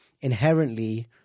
inherently